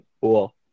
cool